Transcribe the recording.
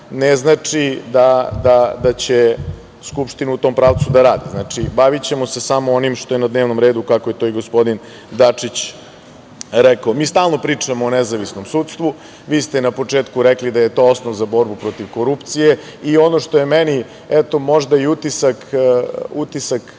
ne znači da će Skupština u tom pravcu da radi. Znači, bavićemo se samo onim što je na dnevnom redu, kako je to i gospodin Dačić rekao. Mi stalno pričamo o nezavisnom sudstvu. Na početku ste rekli da je to osnov za borbu protiv korupcije i ono što je meni, možda, utisak,